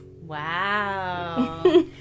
Wow